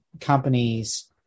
companies